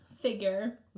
figure